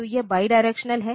तो यह बाईडायरेक्शनल है